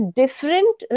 different